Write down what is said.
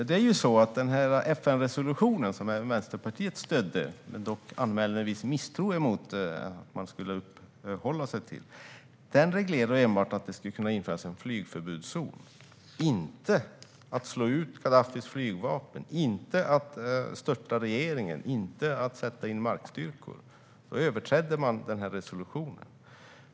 Herr talman! Den här FN-resolutionen som Vänsterpartiet stödde - dock anmälde vi en viss misstro - reglerade enbart att det skulle kunna införas en flygförbudszon och inte att slå ut Gaddafis flygvapen, störta regeringen eller sätta in markstyrkor. Då överträdde man resolutionen.